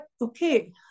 okay